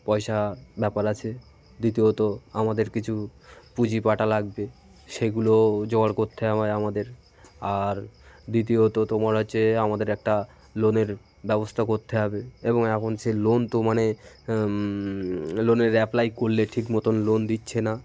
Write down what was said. পয়সার ব্যাপার আছে দ্বিতীয়ত আমাদের কিছু পুঁজিপাটা লাগবে সেগুলো জোগাড় করতে হয় আমাদের আর দ্বিতীয়ত তোমার হচ্ছে আমাদের একটা লোনের ব্যবস্থা করতে হবে এবং এখন সে লোন তো মানে লোনের অ্যাপ্লাই করলে ঠিক মতন লোন দিচ্ছে না